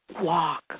walk